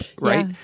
right